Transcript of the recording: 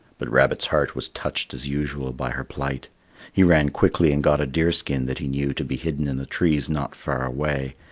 but rabbit's heart was touched as usual by her plight he ran quickly and got a deer skin that he knew to be hidden in the trees not far away,